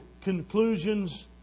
conclusions